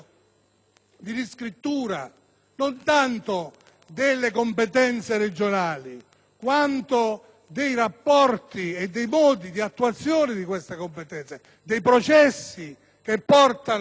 una riscrittura, non tanto delle competenze regionali quanto dei rapporti e dei modi di attuazione di tali competenze, dei processi che portano